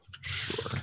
Sure